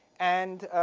and